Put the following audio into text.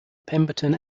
pemberton